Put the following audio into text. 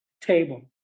table